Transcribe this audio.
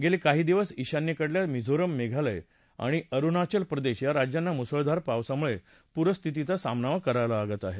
गेले काही दिवस ईशान्येकडल्या मिझोराम मेघालय आणि अरुणाचल प्रदेश या राज्यांना मुसळधार पावसामुळे पुरस्थितीचा सामना करावा लागत आहे